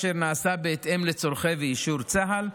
אשר נעשה בהתאם לצורכי צה"ל ואישור צה"ל,